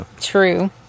True